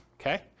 Okay